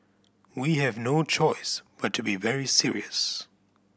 we have no choice but to be very serious